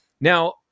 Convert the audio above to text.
Now